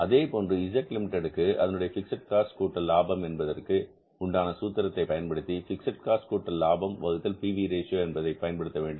அதேபோன்று Z limited அதனுடைய fixed cost கூட்டல் லாபம் என்பதற்கு உண்டான சூத்திரத்தை உபயோகப்படுத்தி பிக்ஸட் காஸ்ட் கூட்டல் லாபம் வகுத்தல் பி வி ரேஷியோ என்பதை உபயோகப்படுத்த வேண்டும்